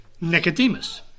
Nicodemus